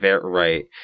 Right